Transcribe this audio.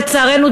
לצערנו,